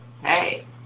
hey